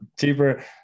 Cheaper